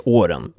åren